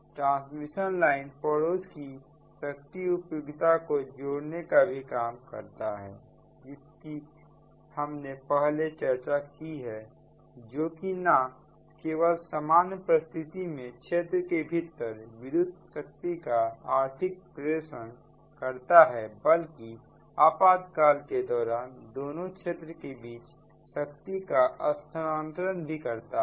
transmission line पड़ोस की शक्ति उपयोगिता को जोड़ने का भी काम करता है जिसकी हमने पहले चर्चा की है जो कि ना केवल सामान्य परिस्थितियों में क्षेत्रों के भीतर विद्युत शक्ति का आर्थिक प्रेषण करता है बल्कि आपातकाल के दौरान दो क्षेत्रों के बीच शक्ति का स्थानांतरण भी करता है